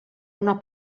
una